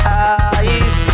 eyes